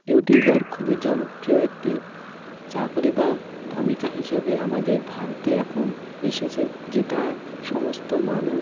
YouTuber খুবই জনপ্রিয় একটি চাকুরি বা ভূমিকা হিসাবে আমাদের ভারতে এখন এসেছে যেটা সমস্ত মানুষ